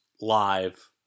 live